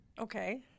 Okay